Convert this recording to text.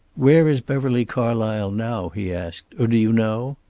where is beverly carlysle now? he asked. or do you know?